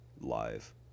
live